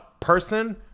person